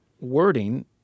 wording